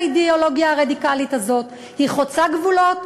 האידיאולוגיה הרדיקלית הזאת חוצה גבולות.